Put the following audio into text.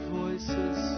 voices